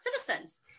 citizens